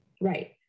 Right